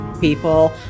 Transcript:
people